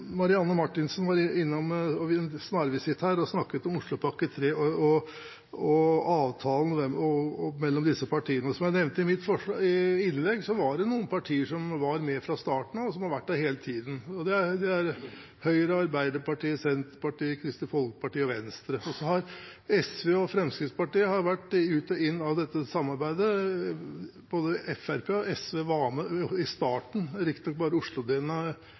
Marianne Marthinsen var en snarvisitt innom Oslopakke 3 og avtalen mellom disse partiene, og som jeg nevnte i mitt innlegg, var det noen partier som var med fra starten av, og som har vært der hele tiden. Det er Høyre, Arbeiderpartiet, Senterpartiet, Kristelig Folkeparti og Venstre, og så har SV og Fremskrittspartiet vært ut og inn av dette samarbeidet. Både Fremskrittspartiet og SV, riktignok bare Oslo-delen av Fremskrittspartiet, var med i starten,